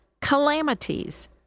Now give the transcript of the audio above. calamities